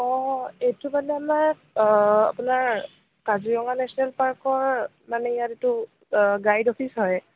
অঁ এইটো মানে আমাৰ আপোনাৰ কাজিৰঙা নেচনেল পাৰ্কৰ মানে ইয়াৰ এইটো গাইড অফিচ হয়